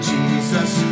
Jesus